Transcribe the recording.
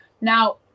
now